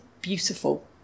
beautiful